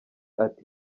ati